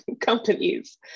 companies